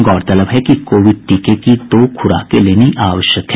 गौरतलब है कि कोविड टीके की दो खुराकें लेनी आवश्यक है